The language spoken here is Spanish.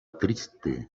triste